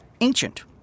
ancient